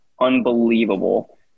unbelievable